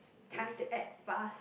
time to act fast